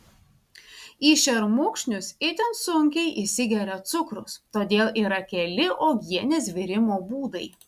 į šermukšnius itin sunkiai įsigeria cukrus todėl yra keli uogienės virimo būdai